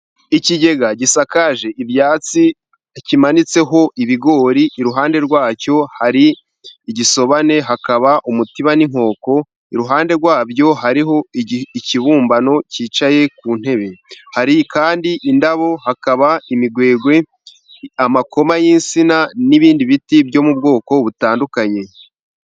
Ikigega gisakaje ibyatsi kimanitseho ibigori, iruhande rwacyo hari igisobane, hakaba umutiba, n'inkoko. Iruhande rwabyo hariho ikibumbano cyicaye ku ntebe. Hari kandi indabo, hakaba imigwegwe, amakoma y'insina, n'ibindi biti byo mu bwoko butandukanye.